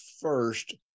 first